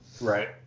Right